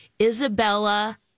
Isabella